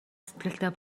сэтгэлтэй